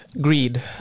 greed